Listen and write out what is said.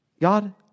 God